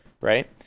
right